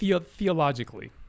theologically